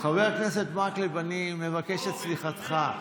חבר הכנסת מקלב, אני מבקש את סליחתך.